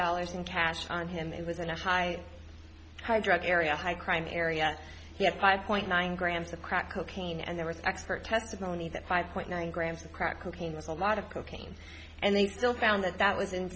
dollars in cash on him it was in a high high drug area a high crime area he had five point nine grams of crack cocaine and there was expert testimony that five point nine grams of crack cocaine was a lot of cocaine and they still found that that was in